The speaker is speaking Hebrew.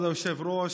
כבוד היושב-ראש,